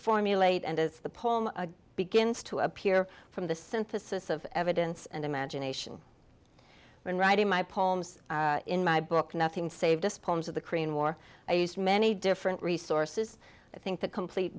formulate and as the poem begins to appear from the synthesis of evidence and imagination when writing my poems in my book nothing saved us poems of the korean war i used many different resources i think the complete